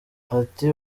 ati